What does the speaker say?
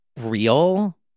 real